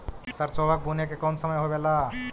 सरसोबा के बुने के कौन समय होबे ला?